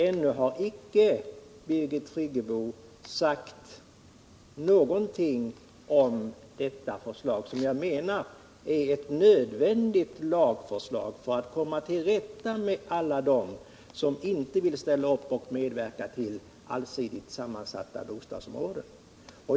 Ännu har Birgit Friggebo icke sagt någonting om detta förslag, som jag anser vara eu nödvändigt lagförslag för att komma till rätta med alla dem som inte vill ställa upp och medverka till allsidigt sammansatta bostadsområden.